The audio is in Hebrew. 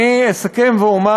אסכם ואומר,